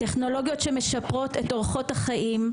טכנולוגיות שמשפרות את אורחות החיים,